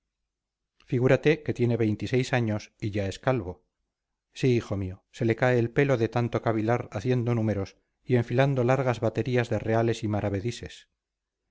figúrate que tiene veintiséis años y ya es calvo sí hijo mío se le cae el pelo de tanto cavilar haciendo números y enfilando largas baterías de reales y